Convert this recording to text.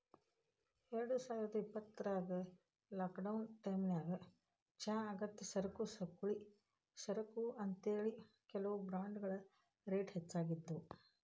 ಎರಡುಸಾವಿರದ ಇಪ್ಪತ್ರಾಗ ಲಾಕ್ಡೌನ್ ಟೈಮಿನ್ಯಾಗ ಚಹಾ ಅಗತ್ಯ ಸರಕು ಅಂತೇಳಿ, ಕೆಲವು ಬ್ರಾಂಡ್ಗಳ ರೇಟ್ ಹೆಚ್ಚಾಗಿದ್ವು